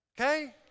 Okay